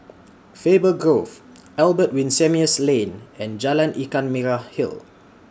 Faber Grove Albert Winsemius Lane and Jalan Ikan Merah Hill